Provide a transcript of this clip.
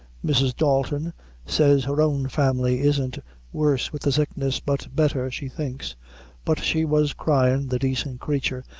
mrs. dalton says her own family isn't worse wid the sickness, but betther, she thinks but she was cryin', the daicent craythur,